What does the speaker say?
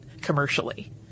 commercially